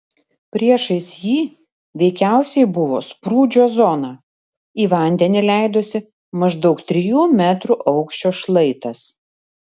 priešais jį veikiausiai buvo sprūdžio zona į vandenį leidosi maždaug trijų metrų aukščio šlaitas